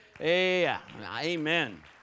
Amen